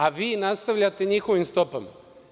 A vi nastavljate njihovim stopama.